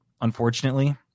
Unfortunately